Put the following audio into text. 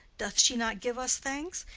doth she not give us thanks?